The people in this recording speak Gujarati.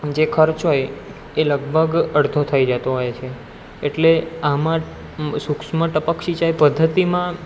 જે ખર્ચ હોય એ લગભગ અડધો થઈ જતો હોય છે એટલે આમાં સૂક્ષ્મ ટપક સિંચાઈ પદ્ધતિમાં